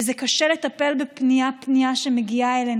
וזה קשה לטפל פנייה-פנייה בפניות שמגיעות אלינו.